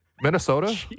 Minnesota